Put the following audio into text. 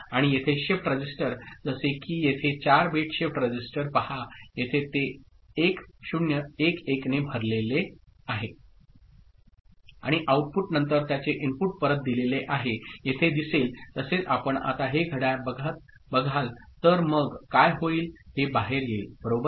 आणि येथे shift register जसे की येथे 4 बिट शिफ्ट रजिस्टर पहा येथे ते 1 0 1 1 ने भरलेले आहे आणि आऊटपुट नंतर त्याचे इनपुट परत दिलेले आहे येथे दिसेल तसेच आपण आता हे घड्याळ बघाल तर मग काय होईल हे बाहेर येईल बरोबर